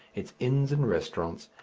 its inns and restaurants,